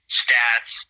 stats